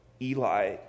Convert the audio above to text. Eli